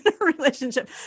relationship